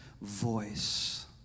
voice